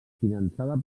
finançada